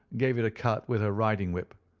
gave it a cut with her riding-whip,